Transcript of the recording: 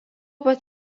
pat